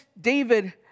David